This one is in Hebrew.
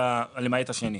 זה ה"למעט" השני.